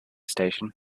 station